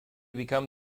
become